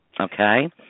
Okay